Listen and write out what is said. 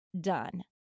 done